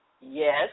Yes